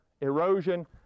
erosion